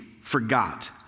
forgot